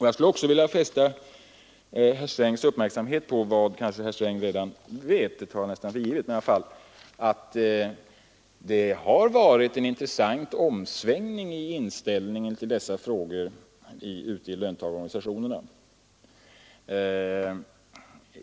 Jag vill också fästa herr Strängs uppmärksamhet på — även om man väl kan ta för givet att han redan känner till det — att det har varit en intressant omsvängning i inställningen till dessa frågor ute i löntagarorganisationerna.